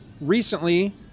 recently